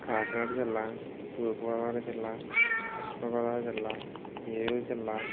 కాకినాడ జిల్లా తూర్పుగోదావరి జిల్లా వెస్ట్ గోదావరి జిల్లా ఏలూరు జిల్లా